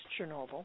Chernobyl